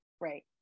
Right